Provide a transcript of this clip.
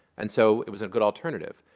and so it was a good alternative.